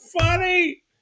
funny